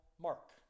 Mark